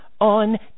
on